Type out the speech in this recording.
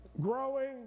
growing